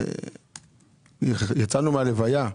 אבל יצאנו מהלוויה.